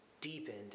deepened